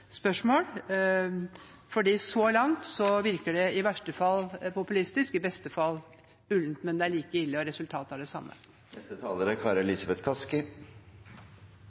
Så langt virker det i verste fall populistisk, i beste fall ullent, men det er like ille, og resultatet er det samme.